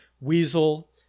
Weasel